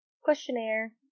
questionnaire